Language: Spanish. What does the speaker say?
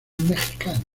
mexicano